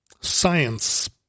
science